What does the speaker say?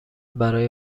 برای